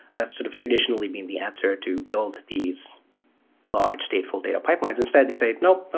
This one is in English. that's sort of traditionally been the answer to build these large stateful data pipelines. instead they say, nope. ah